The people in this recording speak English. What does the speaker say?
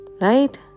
right